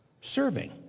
serving